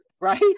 right